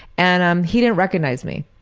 and um he didn't recognize me.